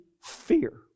fear